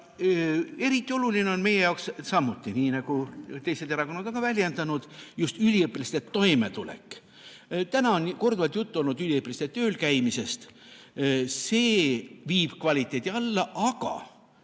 Eriti oluline on meie jaoks samuti, nii nagu ka teised erakonnad on väljendanud, just üliõpilaste toimetulek. Täna on korduvalt juttu olnud üliõpilaste töölkäimisest. See viib kvaliteedi alla. Aga